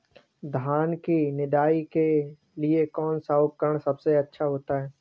धान की निदाई के लिए कौन सा उपकरण सबसे अच्छा होता है?